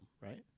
right